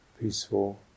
peaceful